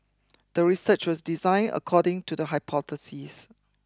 the research was designed according to the hypothesis